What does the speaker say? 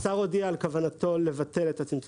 אני אוסיף שהשר הודיע על כוונתו לבטל את צמצום